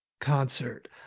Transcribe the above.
concert